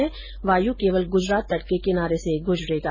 चक्रवात वायु केवल ग्जरात तट के किनारे से गुजरेगा